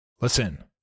Listen